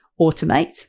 automate